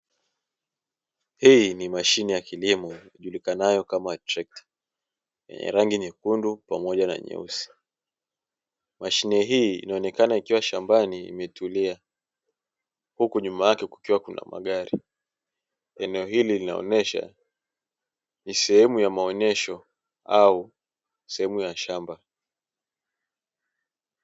Hii ni mashine ya kilimo ijulikanayo kama trekta, yenye rangi nyekundu pamoja na nyeusi, mashine hii inaonekana ikiwa shambani imetulia huku nyuma yake kukiwa na magari. Eneo hili inaonyesha ni sehemu ya maonyesho au sehemu ya shamba.